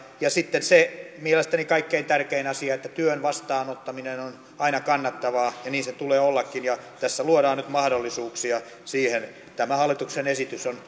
ja sitten on se mielestäni kaikkein tärkein asia että työn vastaanottaminen on aina kannattavaa ja niin sen tulee ollakin tässä luodaan nyt mahdollisuuksia siihen tämä hallituksen esitys on